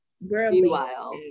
Meanwhile